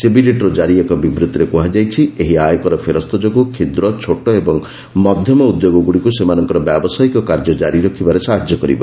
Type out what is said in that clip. ସିବିଡିଟିରୁ ଜାରି ଏକ ବିବୃତ୍ତିରେ କୁହାଯାଇଛି ଏହି ଆୟକର ଫେରସ୍ତ ଯୋଗୁଁ କ୍ଷୁଦ୍ର ଛୋଟ ଓ ମଧ୍ୟମ ଉଦ୍ୟୋଗଗୁଡ଼ିକୁ ସେମାନଙ୍କର ବ୍ୟାବସାୟିକ କାର୍ଯ୍ୟ କାରି ରଖିବାରେ ସହାଯ୍ୟ କରିବ